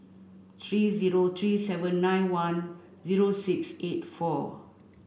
three zero three seven nine one zero six eight four